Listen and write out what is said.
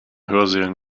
hörsälen